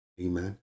Amen